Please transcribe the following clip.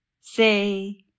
Say